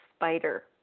spider